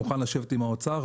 מוכן לשבת עם האוצר,